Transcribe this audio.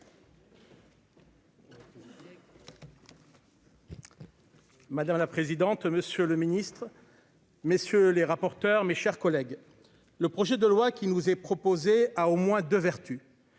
Madame la présidente, monsieur le Ministre. Messieurs les rapporteurs, mes chers collègues, le projet de loi qui nous est proposé à au moins 2 vertus